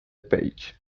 page